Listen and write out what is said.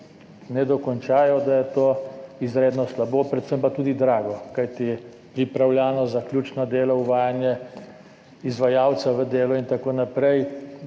ne dokončajo, izredno slabo, predvsem pa tudi drago. Kajti pripravljalno-zaključna dela, uvajanje izvajalca v delo in tako naprej,